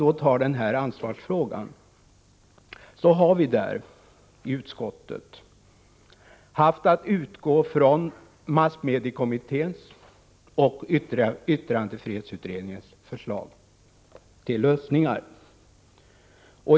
I ansvarsfrågan har vi i utskottet haft att utgå från massmediekommitténs och yttrandefrihetsutredningens förslag till lösningar.